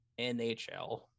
NHL